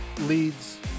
leads